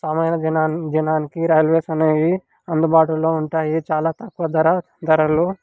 సామాన్య జనాన్ జనానికి రైల్వేస్ అనేవి అందుబాటులో ఉంటాయి చాలా తక్కువ ధర ధరలు